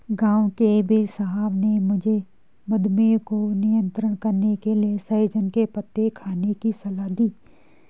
गांव के वेदसाहब ने मुझे मधुमेह को नियंत्रण करने के लिए सहजन के पत्ते खाने की सलाह दी है